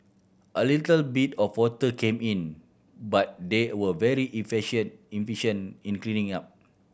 a little bit of water came in but they were very efficient efficient in cleaning up